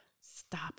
Stop